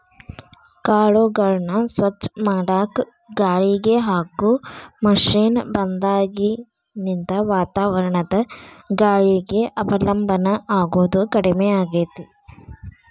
ಕಾಳುಗಳನ್ನ ಸ್ವಚ್ಛ ಮಾಡಾಕ ಗಾಳಿಗೆ ಹಾಕೋ ಮಷೇನ್ ಬಂದಾಗಿನಿಂದ ವಾತಾವರಣದ ಗಾಳಿಗೆ ಅವಲಂಬನ ಆಗೋದು ಕಡಿಮೆ ಆಗೇತಿ